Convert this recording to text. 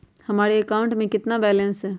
हमारे अकाउंट में कितना बैलेंस है?